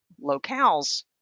locale's